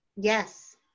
Yes